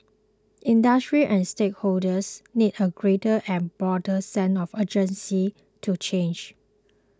industries and stakeholders need a greater and broader sense of urgency to change